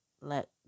let